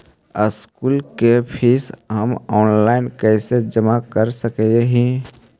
School के fees हम online कैसे जमा कर सक हिय?